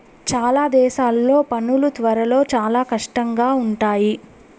చాలా దేశాల్లో పనులు త్వరలో చాలా కష్టంగా ఉంటాయి